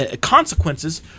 Consequences